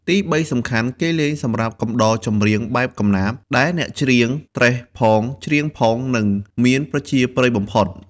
ទី៣ សំខាន់ គេលេងសម្រាប់កំដរចំរៀងបែបកំណាព្យ ដែលអ្នកច្រៀងត្រេះផង ច្រៀងផង និងមានប្រជាប្រិយបំផុត។